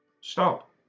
stop